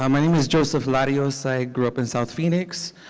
um my name is joseph larios. i grew up in south phoenix.